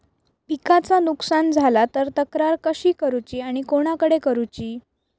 पिकाचा नुकसान झाला तर तक्रार कशी करूची आणि कोणाकडे करुची?